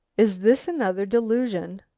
is this another delusion?